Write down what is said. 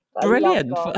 Brilliant